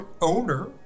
owner